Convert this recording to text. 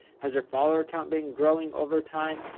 has their follower account being growing over time?